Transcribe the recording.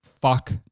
fuck